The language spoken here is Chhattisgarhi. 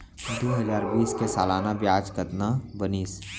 दू हजार बीस के सालाना ब्याज कतना बनिस?